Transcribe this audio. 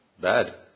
bad